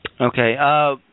Okay